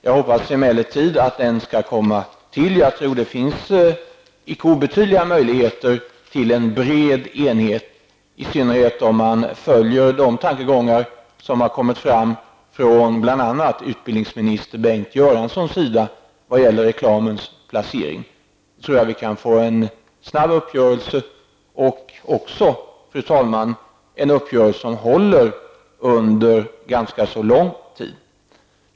Jag hoppas emellertid att den skall komma till stånd. Jag tror att det finns icke obetydliga möjligheter till en bred enighet, i synnerhet om man följer de tankegångar som har framförts av bl.a. utrikesminister Bengt Göransson vad gäller reklamens placering. Då tror jag att vi kan få en snabb uppgörelse och också en uppgörelse som håller under ganska lång tid.